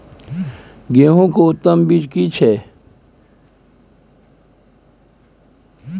गेहूं के उत्तम बीज की छै?